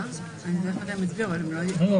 אני מבין מהיועצים המשפטיים שאין לכם ברירה עקרונית אלא לפרסם.